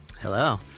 Hello